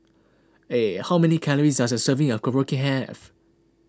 how many calories does a serving of Korokke have